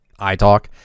ITalk